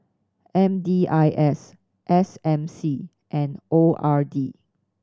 M D I S S M C and O R D